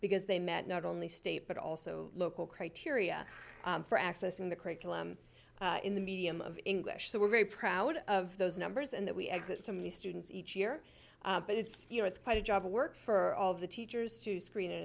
because they met not only state but also local criteria for accessing the curriculum in the medium of english so we're very proud of those numbers and that we exit some of these students each year but it's you know it's quite a job to work for all of the teachers to screen